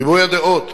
ריבוי הדעות,